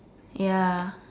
ya